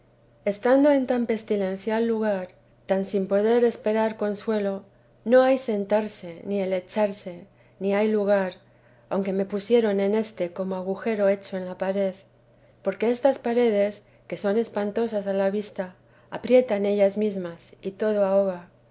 estando en tan pestilencial lugar tan sin poder esperar consuelo no hay sentarse ni echarse ni hay lugar aunque me pusieron en este como agujero hecho en la pared porque estas paredes que son espantosas a la vista aprietan ellas mesmas y todo ahoga